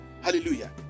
hallelujah